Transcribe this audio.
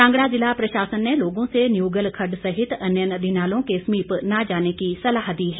कांगड़ा जिला प्रशासन ने लोगों से न्यूगल खड्ड सहित अन्य नदी नालों के समीप न जाने की सलाह दी है